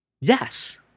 Yes